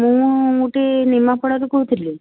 ମୁଁ ଟିକେ ନିମାପଡ଼ାରୁ କହୁଥିଲି